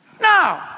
No